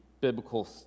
biblical